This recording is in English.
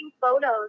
photos